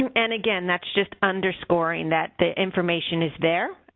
and and again, that's just underscoring that the information is there,